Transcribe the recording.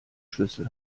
schlüssel